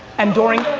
and during.